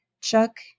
Chuck